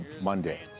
monday